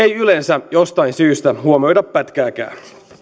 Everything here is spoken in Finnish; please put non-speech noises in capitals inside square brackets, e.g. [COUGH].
[UNINTELLIGIBLE] ei yleensä jostain syystä huomioida pätkääkään